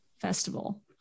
festival